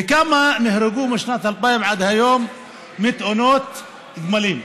וכמה נהרגו משנת 2000 עד היום בתאונות גמלים?